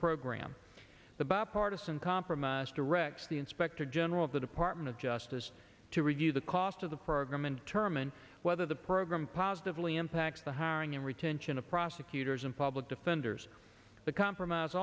program the bipartisan compromise directs the inspector general of the department of justice to review the cost of the program and determine whether the program positively impacts the hiring and retention of prosecutors and public defenders the compromise